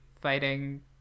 fighting